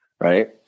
right